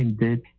did